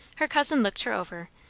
her cousin looked her over,